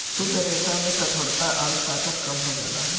शुद्ध रेसा में कठोरता आउर ताकत कम हो जाला